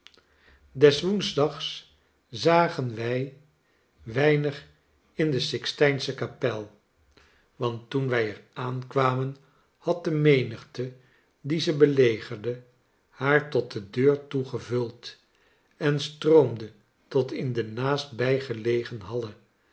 des woensdags zagen wij weinig in de sixtijnsche kapel want toen wij er aankwamen had de menigte die ze belegerde haar tot de deur toe gevuld en stroomde tot in de naast bijgelegene halle